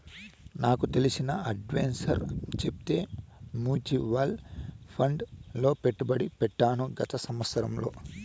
నాకు తెలిసిన అడ్వైసర్ చెప్తే మూచువాల్ ఫండ్ లో పెట్టుబడి పెట్టాను గత సంవత్సరంలో